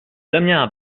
damien